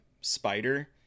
Spider